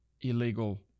illegal